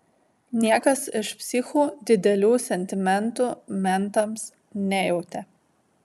niekas iš psichų didelių sentimentų mentams nejautė